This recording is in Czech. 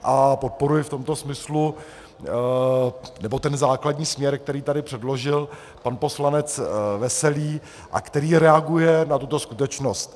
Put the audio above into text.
A podporuji v tomto smyslu ten základní směr, který tady předložil pan poslanec Veselý a který reaguje na tuto skutečnost.